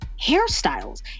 hairstyles